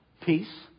peace